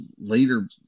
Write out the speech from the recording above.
later